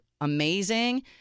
amazing